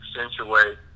accentuate